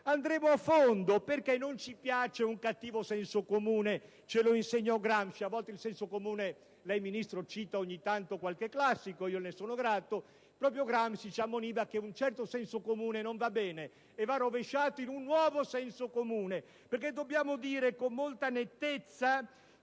Andremo a fondo, perché non ci piace un cattivo senso comune. Ce lo insegnò Gramsci (lei, Ministro, cita ogni tanto qualche classico, e io gliene sono grato): proprio Gramsci ci ammoniva che un certo senso comune non va bene, e va rovesciato in un nuovo senso comune. Dobbiamo dire con molta nettezza